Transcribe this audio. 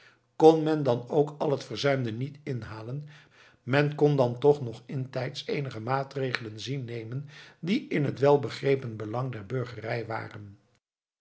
kon men dan ook al het verzuimde niet inhalen men kon dan toch nog intijds eenige maatregelen zien te nemen die in het welbegrepen belang der burgerij waren